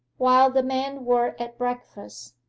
while the men were at breakfast,